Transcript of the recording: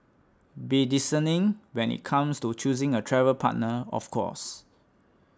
be discerning when it comes to choosing a travel partner of course